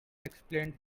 explained